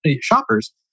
shoppers